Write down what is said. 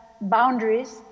boundaries